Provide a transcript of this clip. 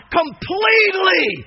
completely